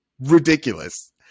ridiculous